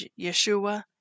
Yeshua